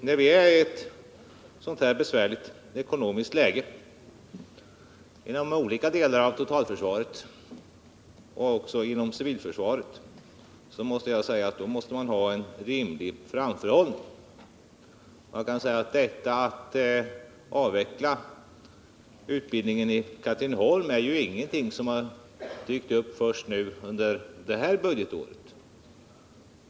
När vi befinner oss i ett så här besvärligt ekonomiskt läge inom olika delar av totalförsvaret och också inom civilförsvaret måste vi ha en rimlig framförhållning. Frågan om en avveckling i Katrineholm har ju inte dykt upp nu först under det här budgetåret.